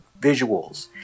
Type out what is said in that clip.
visuals